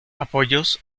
apoyos